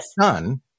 son